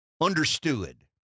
understood